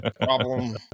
problem